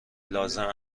لازم